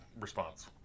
response